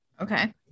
Okay